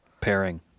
Pairing